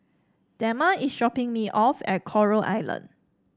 Dema is dropping me off at Coral Island